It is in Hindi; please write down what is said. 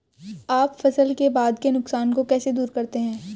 आप फसल के बाद के नुकसान को कैसे दूर करते हैं?